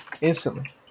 instantly